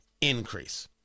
increase